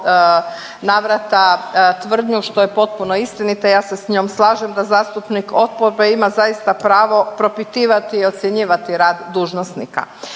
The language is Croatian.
navrata tvrdnju što je potpuno istinita, ja se s njom slažem da zastupnik oporbe ima zaista pravo propitivati i ocjenjivati rad dužnosnika.